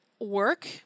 work